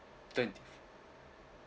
twenty